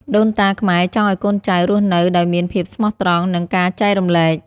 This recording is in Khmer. ដូនតាខ្មែរចង់ឱ្យកូនចៅរស់នៅដោយមានភាពស្មោះត្រង់ និងការចែករំលែក។